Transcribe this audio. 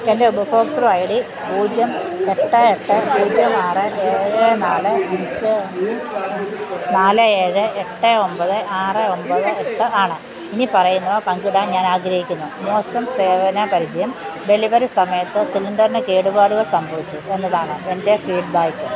എൻ്റെ ഉപഭോക്തൃ I D പൂജ്യം എട്ട് എട്ട് പൂജ്യം ആറ് ഏഴ് നാല് അഞ്ച് ഒന്ന് നാല് ഏഴ് എട്ട് ഒമ്പത് ആറ് ഒമ്പത് എട്ട് ആണ് ഇനി പറയുന്നവ പങ്കിടാൻ ഞാൻ ആഗ്രഹിക്കുന്നു മോശം സേവന പരിചയം ഡെലിവറി സമയത്ത് സിലിണ്ടറിന് കേടുപാടുകൾ സംഭവിച്ചു എന്നതാണ് എൻ്റെ ഫീഡ്ബാക്ക്